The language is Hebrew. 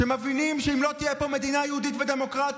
שמבינים שאם לא תהיה פה מדינה יהודית ודמוקרטית,